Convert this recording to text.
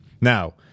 now